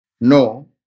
No